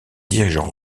dirigeants